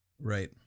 Right